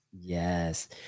Yes